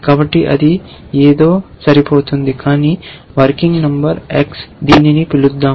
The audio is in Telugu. కాబట్టి అది ఏదో సరిపోతుంది కొన్ని వర్కింగ్ నంబర్ x దీనిని పిలుద్దాం